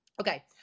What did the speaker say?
Okay